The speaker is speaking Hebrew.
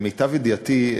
למיטב ידיעתי,